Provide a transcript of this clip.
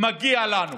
מגיע לנו.